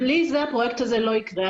בלי זה הפרויקט הזה לא יקרה.